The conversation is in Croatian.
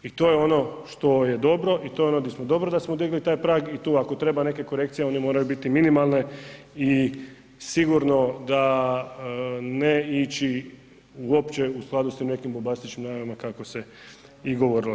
I to je ono što je dobro i to je ono gdje je dobro da smo digli taj prag i tu ako treba neke korekcije one moraju biti minimalne i sigurno ne ići uopće u skladu s tim nekim bombastičnim najavama kako se i govorilo.